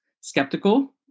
skeptical